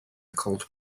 cold